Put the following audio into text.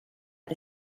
the